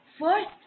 first